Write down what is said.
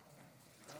תודה